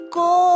go